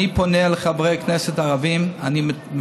אני פונה לחברי הכנסת הערבים,